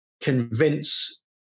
convince